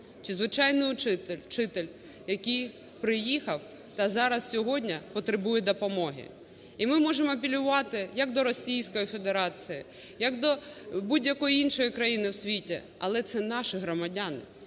чи звичайний вчитель, який приїхав та зараз, сьогодні, потребує допомоги. І ми можемо апелювати як до Російської Федерації, як до будь-якої іншої країни в світі, але це наші громадяни.